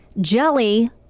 jelly